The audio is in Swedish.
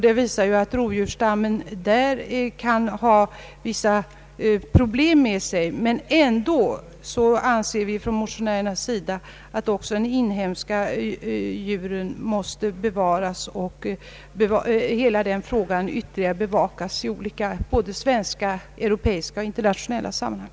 Det tyder på att rovdjursstammen kan medföra vissa problem. Ändå anser motionärerna att också de inhemska rovdjuren måste bevaras. Hela denna fråga bör, anser vi, ytterligare bevakas i både svenska och internationella sammanhang.